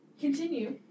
continue